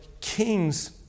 kings